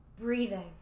breathing